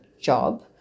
job